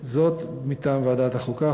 מטעם ועדת החוקה,